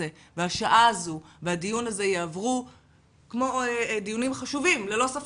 והשעה הזו והדיון הזה יעברו כמו דיונים שהם חשובים ללא ספק,